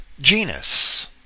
genus